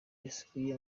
yasuye